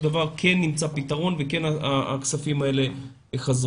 דבר כן נמצא פתרון והכספים האלה חזרו.